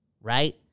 Right